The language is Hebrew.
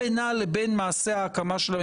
אנחנו על ההחלטה הראשונה של הקמת הוועדה של שלמה קרעי.